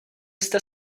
jste